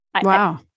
Wow